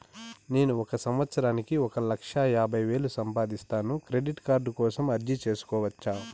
నేను ఒక సంవత్సరానికి ఒక లక్ష యాభై వేలు సంపాదిస్తాను, క్రెడిట్ కార్డు కోసం అర్జీ సేసుకోవచ్చా?